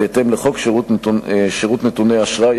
בהתאם לחוק שירות נתוני אשראי,